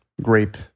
Grape